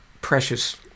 precious